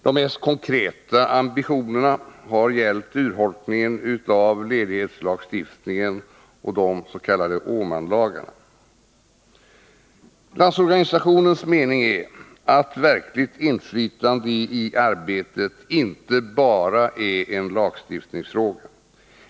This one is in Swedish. De mest konkreta ambitionerna har gällt urholkningen av ledighetslagstiftningen och de s.k. Åman-lagarna. Landsorganisationens mening är att verkligt inflytande i arbetet inte bara är en lagstiftningsfråga.